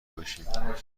باشیم